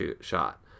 shot